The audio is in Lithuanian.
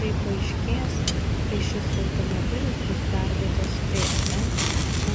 tai paaiškės kai šis automobilis bus perduotas vrm